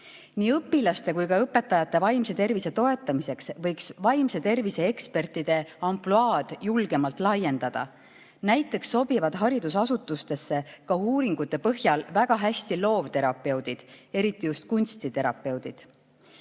õpilaste kui ka õpetajate vaimse tervise toetamiseks võiks vaimse tervise ekspertide ampluaad julgemalt laiendada. Näiteks sobivad haridusasutustesse uuringute põhjal väga hästi loovterapeudid, eriti kunstiterapeudid.